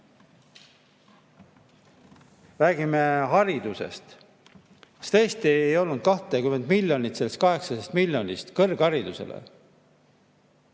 Räägime haridusest. Kas tõesti ei olnud 20 miljonit sellest 800 miljonist kõrgharidusele?